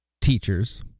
teachers